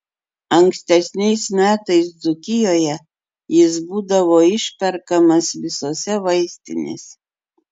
ankstesniais metais dzūkijoje jis būdavo išperkamas visose vaistinėse